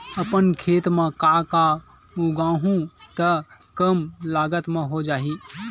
अपन खेत म का का उगांहु त कम लागत म हो जाही?